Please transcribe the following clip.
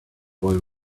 boy